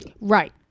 Right